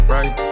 Right